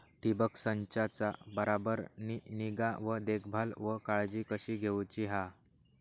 ठिबक संचाचा बराबर ती निगा व देखभाल व काळजी कशी घेऊची हा?